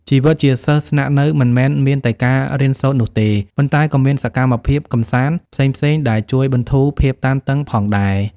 ជីវិតជាសិស្សស្នាក់នៅមិនមែនមានតែការរៀនសូត្រនោះទេ ប៉ុន្តែក៏មានសកម្មភាពកម្សាន្តផ្សេងៗដែលជួយបន្ធូរភាពតានតឹងផងដែរ។